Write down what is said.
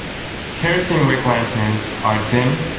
kerosene wick lanterns are dim,